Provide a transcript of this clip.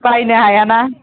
बायनो हायाना